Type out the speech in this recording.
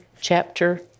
chapter